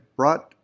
brought